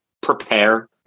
prepare